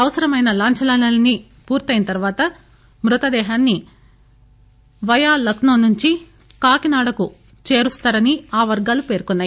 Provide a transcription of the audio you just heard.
అవసరమైన లాంఛనాలన్నీ పూర్తయిన తరువాత మృతదేహాన్ని నయా లక్సో నుంచి కాకినాడకు చేరుస్తారని ఆ వర్గాలు పేర్కొన్నాయి